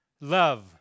love